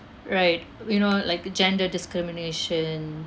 right you know like gender discrimination